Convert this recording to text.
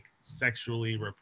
sexually